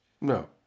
No